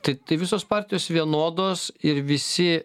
tai tai visos partijos vienodos ir visi